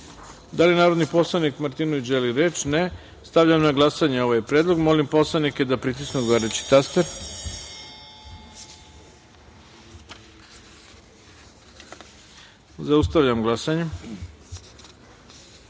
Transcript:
li narodni poslanik Martinović želi reč? (Ne)Stavljam na glasanje ovaj predlog. Molim poslanike da pritisnu odgovarajući taster. Zaustavljam glasanje: